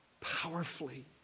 powerfully